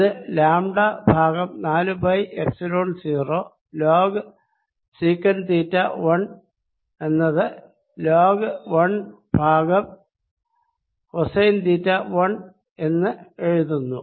ഇത് ലാംടാ ഭാഗം നാലു pi epsilon 0 log sec theta 1 എന്നത് ലോഗ് 1 ഭാഗം കോസൈൻ തീറ്റ 1 എന്നെഴുതുന്നു